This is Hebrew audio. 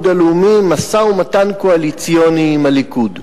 הלאומי משא-ומתן קואליציוני עם הליכוד.